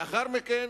לאחר מכן